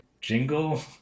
jingle